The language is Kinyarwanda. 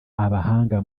abahanga